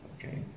Okay